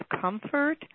comfort